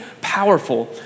powerful